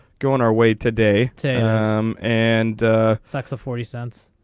going our way today and six of forty cents.